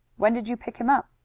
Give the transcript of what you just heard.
when did you pick him up?